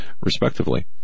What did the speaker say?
respectively